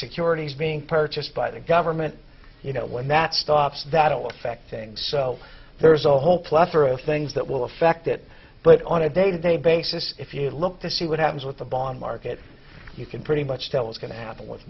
securities being purchased by the government you know when that stops that will affect things so there's a whole plethora of things that will affect that but on a day to day basis if you look to see what happens with the bond market you can pretty much tell it's going to happen with